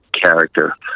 character